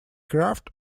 craft